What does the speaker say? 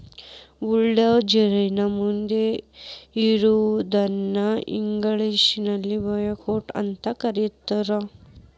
bulldozer ನ ಮುಂದ್ ಇರೋದನ್ನ ಇಂಗ್ಲೇಷನ್ಯಾಗ ಬ್ಯಾಕ್ಹೊ ಅಂತ ಕರಿತಾರ್